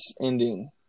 ending